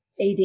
AD